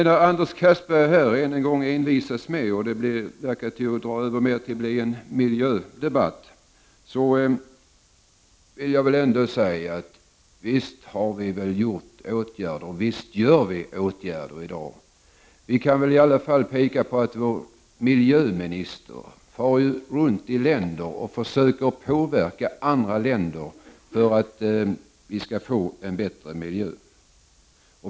När Anders Castberger än en gång envisas med att dra i gång en miljödebatt, vill jag säga att vi har vidtagit och vidtar åtgärder. Vår miljöminister far runt i olika länder och försöker påverka dem att skapa en bättre miljö.